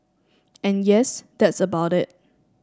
and yes that's about it